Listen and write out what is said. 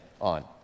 on